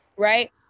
Right